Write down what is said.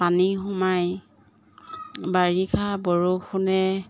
পানী সোমাই বাৰিষা বৰষুণে